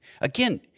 Again